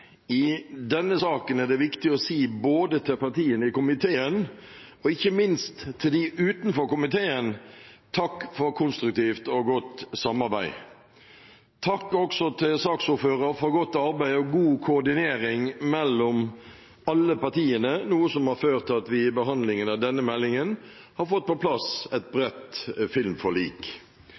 det viktig å si både til partiene i komiteen og ikke minst til de utenfor komiteen: Takk for et konstruktivt og godt samarbeid. Takk også til saksordføreren – for godt arbeid og god koordinering alle partiene imellom, noe som har ført til at vi i behandlingen av denne meldingen har fått på plass